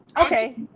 okay